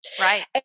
Right